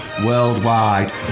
worldwide